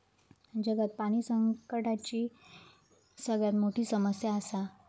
जगात पाणी संकटाची सगळ्यात मोठी समस्या आसा